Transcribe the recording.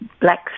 black